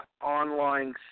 online